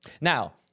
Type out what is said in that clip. Now